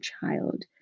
child